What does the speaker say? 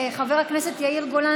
חבר הכנסת יאיר גולן,